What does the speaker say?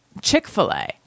Chick-fil-A